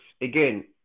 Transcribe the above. again